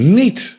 niet